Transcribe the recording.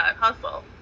Hustle